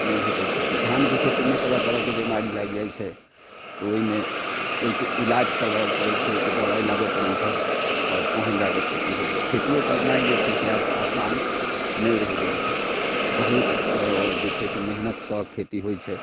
नहि भेटैत छै तऽ धानके खेतीमे तरह तरहके बेमारी लागि जाइत छै तऽ ओहिमे ओहिके इलाज करबाबऽ पड़ैत छै ओहिके दबाइ लाबऽ पड़ैट छै आओर तहन जा कऽ खेती होयत छै खेतियो करनाय जे छै से आब आसान नहि रहि गेल छै बहुत जे छै से मेहनतसँ खेती होयत छै